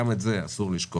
גם את זה אסור לשכוח.